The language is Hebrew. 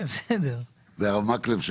היה גם הרב מקלב,